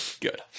good